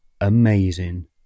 amazing